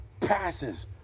passes